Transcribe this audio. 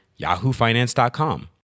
yahoofinance.com